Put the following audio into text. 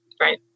right